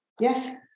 Yes